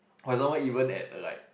for example even at like